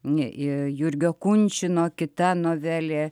jurgio kunčino kita novelė